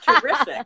terrific